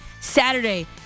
Saturday